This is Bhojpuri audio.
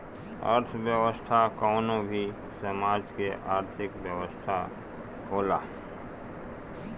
अर्थव्यवस्था कवनो भी समाज के आर्थिक व्यवस्था होला